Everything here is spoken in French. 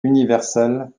universel